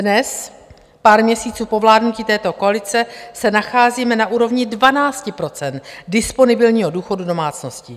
Dnes, pár měsíců po vládnutí této koalice, se nacházíme na úrovni 12 % disponibilního důchodu domácností.